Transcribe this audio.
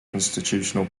constitutional